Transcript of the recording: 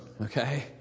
okay